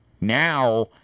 Now